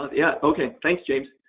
yeah. okay. thanks, james.